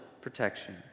protection